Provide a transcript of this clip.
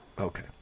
Okay